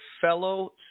fellow